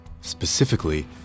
Specifically